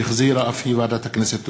שהחזירה ועדת הכנסת.